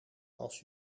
als